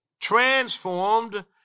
transformed